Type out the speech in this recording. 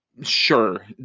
Sure